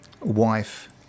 wife